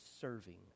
serving